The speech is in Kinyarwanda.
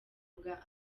bwa